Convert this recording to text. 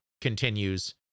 continues